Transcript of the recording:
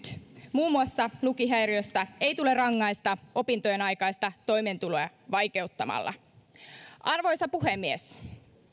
muun muassa lukihäiriöstä ei tule rangaista opintojenaikaista toimeentuloa vaikeuttamalla arvoisa puhemies